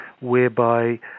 whereby